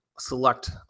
select